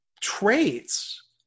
traits